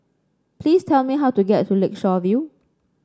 please tell me how to get to Lakeshore View